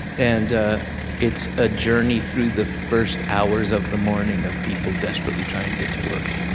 and it's a journey through the first hours of the morning of people desperately trying to get to work.